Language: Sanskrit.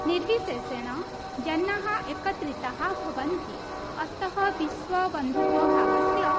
निर्विशेषेण जनाः एकत्रिताः भवन्ति अतः विश्वबन्धुत्वभावस्य